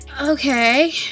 Okay